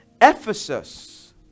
Ephesus